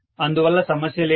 అందువల్ల సమస్య లేదు